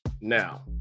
Now